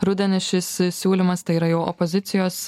rudenį šis siūlymas tai yra jau opozicijos